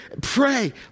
pray